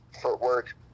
footwork